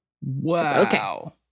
Wow